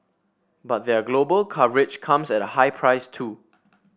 but their global coverage comes at a high price too